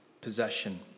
possession